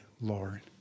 Lord